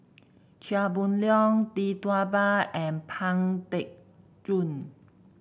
Chia Boon Leong Tee Tua Ba and Pang Teck Joon